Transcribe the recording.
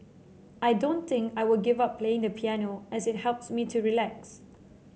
I don't think I will give up playing the piano as it helps me to relax